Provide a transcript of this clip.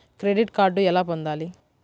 Credit card ఎలా పొందాలి?